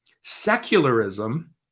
secularism